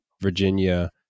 Virginia